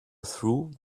through